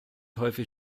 häufig